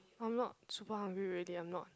I'm not super hungry really I'm not